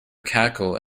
cackle